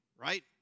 right